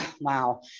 Wow